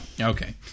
Okay